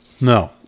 No